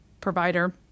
provider